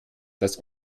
dass